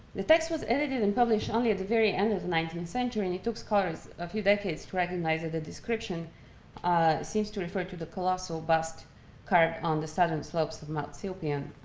the text was edited and published only at the very end of the nineteenth century and it took scholars a few decades to recognize that the description ah seems to refer to the colossal bust carved on the southern slopes of mount silpian